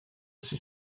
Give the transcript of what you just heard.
ses